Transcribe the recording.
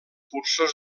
cursos